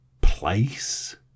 place